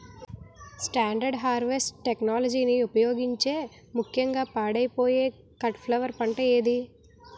Standard harvest టెక్నాలజీని ఉపయోగించే ముక్యంగా పాడైపోయే కట్ ఫ్లవర్ పంట ఏది?